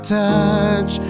touch